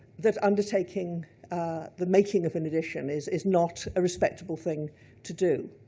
that undertaking the making of an edition is is not a respectable thing to do.